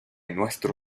nuestro